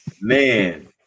Man